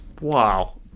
Wow